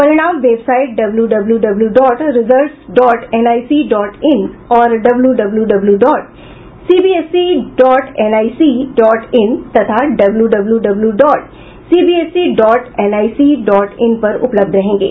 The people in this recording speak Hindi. परिणाम website W W W dot results dot NIC dot in और W W W dot CBSE results dot NIC dot in तथा W W W dot CBSE dot NIC dot in पर उपलब्ध रहेंगे